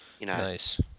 Nice